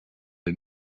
les